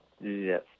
Yes